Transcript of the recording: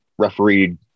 refereed